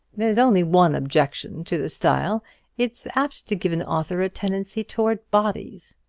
there's only one objection to the style it's apt to give an author a tendency towards bodies.